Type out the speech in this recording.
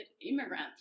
immigrant